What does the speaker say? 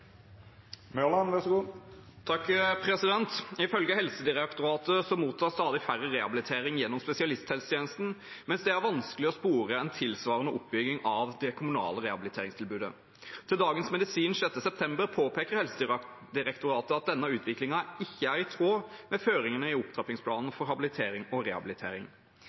vanskelig å spore en tilsvarende oppbygging av det kommunale rehabiliteringstilbudet. Til Dagens Medisin 6. september påpeker Helsedirektoratet at denne utviklingen ikke er i tråd med føringene i opptrappingsplanen for habilitering og rehabilitering.